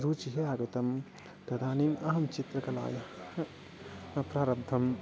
रुचिः आगतं तदानीम् अहं चित्रकलायाः प्रारब्धं